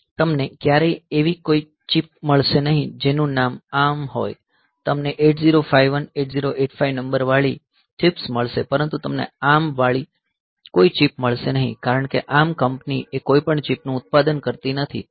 તમને ક્યારેય એવી કોઈ ચિપ મળશે નહીં જેનું નામ ARM હોય તમને 8051 8085 નંબરવાળી ચિપ્સ મળશે પરંતુ તમને ARM નામવાળી કોઈ ચિપ મળશે નહીં કારણ કે આ ARM કંપની એ કોઈપણ ચિપનું ઉત્પાદન કરતી નથી